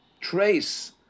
trace